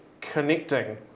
connecting